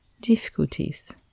difficulties